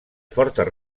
fortes